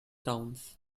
towns